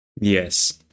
Yes